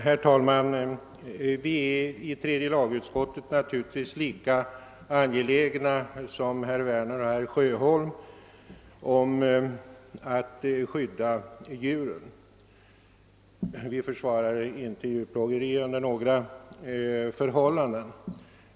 Herr talman! Naturligtvis är vi i tredje lagutskottet lika angelägna som herr Werner och herr Sjöholm att skydda djuren. Vi försvarar inte djurplågeri under några förhållanden.